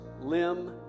limb